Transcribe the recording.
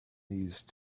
these